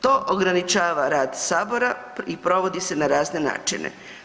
To ograničava rad Sabora i provodi se na razne načine.